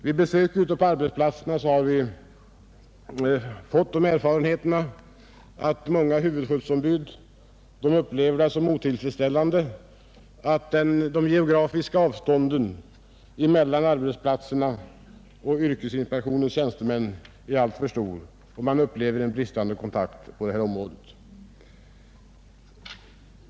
Vid besök ute på arbetsplatserna har vi gjort de erfarenheterna, att många huvudskyddsombud upplever det som otillfredsställande att de geografiska avstånden mellan arbetsplatserna och yrkesinspektionens tjänstemän är alltför stora. Man har en känsla av att det brister i kontakterna på detta område.